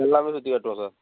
எல்லாமே சுற்றி காட்டுவோம் சார்